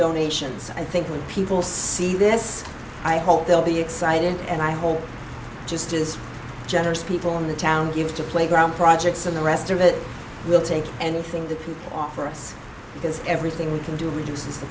donations i think when people see this i hope they'll be excited and i hope just as generous people in the town give to playground projects and the rest of it will take anything for us because everything we can do reduces the